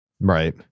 Right